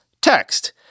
text